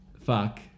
Fuck